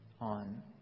on